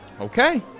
okay